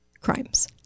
crimes